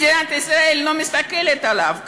מדינת ישראל לא מסתכלת עליו?